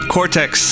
Cortex